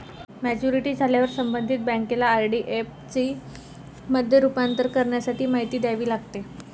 maturity झाल्यावर संबंधित बँकेला आर.डी चे एफ.डी मध्ये रूपांतर करण्यासाठी माहिती द्यावी लागते